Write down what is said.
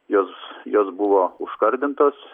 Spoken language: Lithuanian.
jos jos buvo užkarbintos